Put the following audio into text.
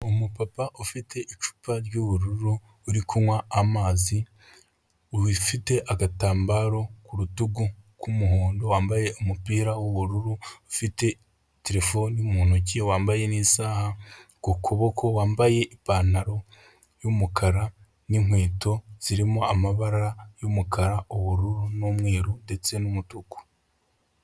Umupapa ufite icupa ry'ubururu, uri kunywa amazi ufite agatambaro ku rutugu k'umuhondo wambaye umupira w'ubururu, ufite terefone mu ntoki, wambaye n'isaha ku kuboko, wambaye ipantaro y'umukara n'inkweto zirimo amabara y'umukara, ubururu n'umweru ndetse n'umutuku.